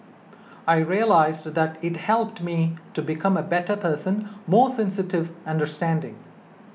I realised that it helped me to become a better person more sensitive understanding